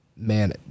man